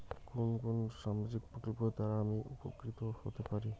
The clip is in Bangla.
কোন কোন সামাজিক প্রকল্প দ্বারা আমি উপকৃত হতে পারি?